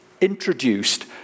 introduced